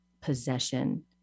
possession